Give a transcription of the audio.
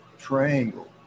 triangle